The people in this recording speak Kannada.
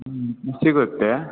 ಹ್ಞೂ ಸಿಗುತ್ತೆ